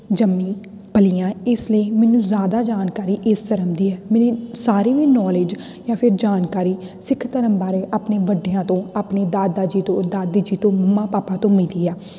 ਜੰਮੀ ਪਲੀ ਹਾਂ ਇਸ ਲਈ ਮੈਨੂੰ ਜ਼ਿਆਦਾ ਜਾਣਕਾਰੀ ਇਸ ਧਰਮ ਦੀ ਹੈ ਮੇਰੀ ਸਾਰੀ ਵੀ ਨੌਲੇਜ ਜਾਂ ਫਿਰ ਜਾਣਕਾਰੀ ਸਿੱਖ ਧਰਮ ਬਾਰੇ ਆਪਣੇ ਵੱਡਿਆਂ ਤੋਂ ਆਪਣੇ ਦਾਦਾ ਜੀ ਤੋਂ ਦਾਦੀ ਜੀ ਤੋਂ ਮੰਮਾ ਪਾਪਾ ਤੋਂ ਮਿਲੀ ਆ